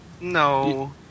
No